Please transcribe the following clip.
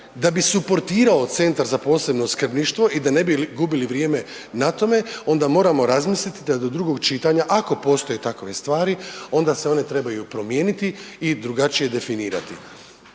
da bi suportirao Centar za posebno skrbništvo i da ne bi gubili vrijeme na tome onda moramo razmisliti da do drugog čitanja, ako postoje takve stvari onda se one trebaju promijeniti i drugačije definirati.